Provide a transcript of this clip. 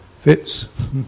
fits